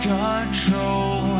control